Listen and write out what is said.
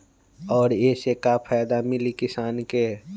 और ये से का फायदा मिली किसान के?